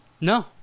No